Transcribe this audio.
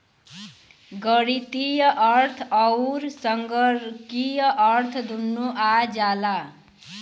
गणीतीय अर्थ अउर संगणकीय अर्थ दुन्नो आ जाला